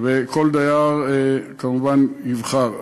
וכל דייר כמובן יבחר.